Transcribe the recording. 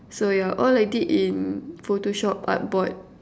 so yeah all I did in photoshop art board